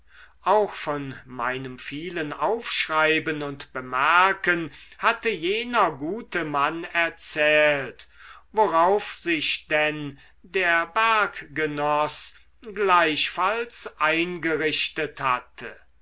auch von meinem vielen aufschreiben und bemerken hatte jener gute mann erzählt worauf sich denn der berggenoß gleichfalls eingerichtet hatte